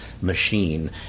machine